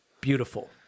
Beautiful